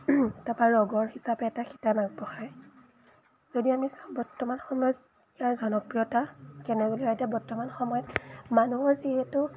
তাৰপৰা ৰগৰ হিচাপে এটা শিতান আগবঢ়ায় যদি আমি চাওঁ বৰ্তমান সময়ত ইয়াৰ জনপ্ৰিয়তা কেনে বুলি হয় এতিয়া বৰ্তমান সময়ত মানুহৰ যিহেতু